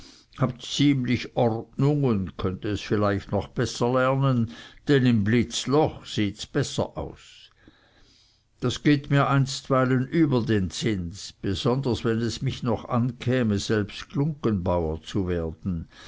habt ziemlich ordnung und könnt es vielleicht noch besser lernen denn im blitzloch siehts besser aus das geht mir einstweilen über den zins besonders wenn es mich noch ankäme selbst glunggenbauer zu werden